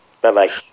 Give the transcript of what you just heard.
Bye-bye